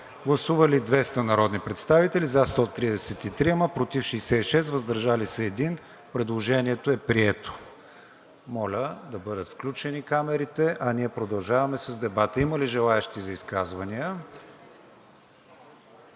Гласували 200 народни представители: за 133, против 66, въздържали се 1. Предложението е прието. Моля да бъдат включени камерите. Продължаваме с дебата. Има ли желаещи за изказвания?